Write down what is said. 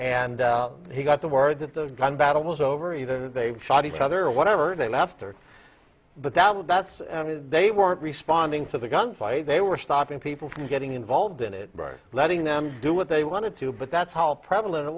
and he got the word that the gun battle was over either they shot each other or whatever they left but that would that's they weren't responding to the gunfire they were stopping people from getting involved in it letting them do what they wanted to but that's how prevalent